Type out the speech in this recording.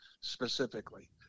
specifically